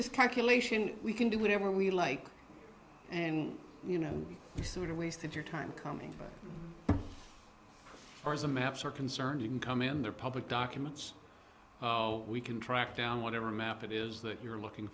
this calculation we can do whatever we like and you know you sort of waste your time coming or as the maps are concerned you can come in there public documents we can track down whatever map it is that you're looking